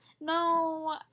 No